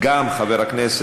גם הצעת